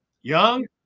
young